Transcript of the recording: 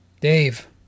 Dave